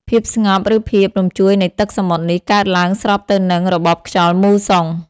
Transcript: ភាពស្ងប់ ឬភាពរញ្ជួយនៃទឹកសមុទ្រនេះ កើតឡើងស្របទៅនឹង របបខ្យល់មូសុង។